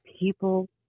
People